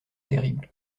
terrible